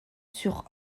sur